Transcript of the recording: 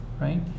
right